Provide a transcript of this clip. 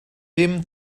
ddim